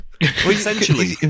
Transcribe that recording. essentially